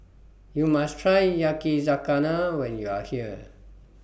YOU must Try Yakizakana when YOU Are here